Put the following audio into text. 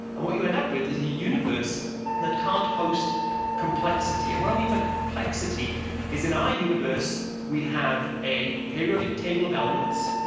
and what you end up with is a universe that can't host complexity. and what i mean by but complexity is in our universe we have a periodic table of elements,